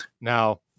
now